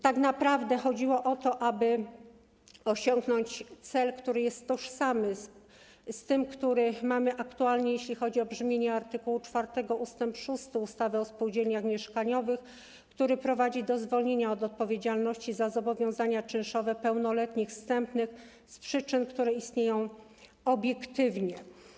Tak naprawdę chodziło o to, aby osiągnąć cel, który jest tożsamy z tym, który mamy aktualnie, jeśli chodzi o brzmienie art. 4 ust. 6 ustawy o spółdzielniach mieszkaniowych, który prowadzi do zwolnienia od odpowiedzialności za zobowiązania czynszowe pełnoletnich wstępnych z przyczyn, które istnieją obiektywnie.